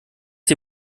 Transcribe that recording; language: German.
die